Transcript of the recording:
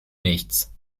nichts